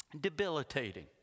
debilitating